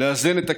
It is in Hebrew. לאזן את הכיכר,